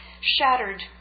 shattered